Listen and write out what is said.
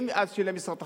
אם אז שילם משרד התחבורה,